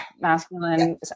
masculine